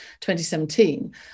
2017